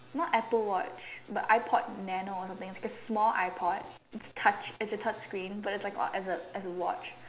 not apple watch but iPod nano or something it's like a small iPod it's touch it's a touch screen but it's like a it's as as a watch